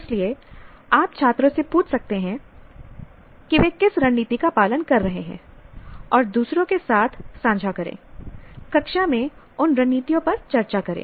इसलिएआप छात्रों से पूछ सकते हैं कि वे किस रणनीति का पालन कर रहे हैं और दूसरों के साथ साझा करें कक्षा में उन रणनीतियों पर चर्चा करें